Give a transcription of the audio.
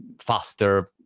faster